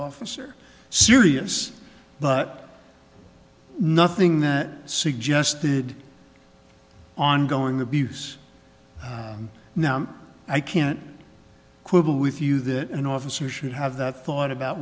officer serious but nothing that suggested ongoing abuse now i can't quibble with you that an officer should have that thought about